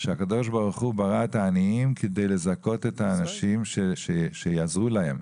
שהקדוש ברוך הוא ברא את העניים כדי לזכות את האנשים שיעזרו להם,